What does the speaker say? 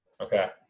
Okay